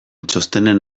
txostenen